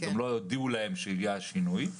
גם לא הודיעו להם שהגיע שינוי.